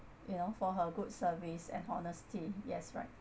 you know for her good service and honesty yes right